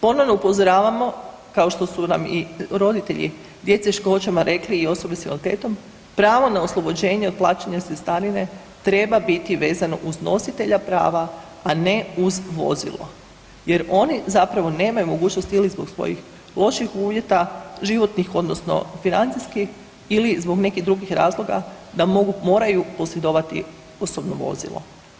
Ponovno upozoravamo kao što su nam i roditelji djece s teškoćama rekli i osobe s invaliditetom pravo na oslobođenje od plaćanja cestarine treba biti vezano uz nositelja prava, a ne uz vozilo jer oni zapravo nemaju mogućnost ili zbog svojih loših uvjeta životnih odnosno financijskih ili zbog nekih drugih razloga da mogu, moraju posjedovati osobno vozilo.